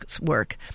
work